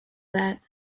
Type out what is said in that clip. that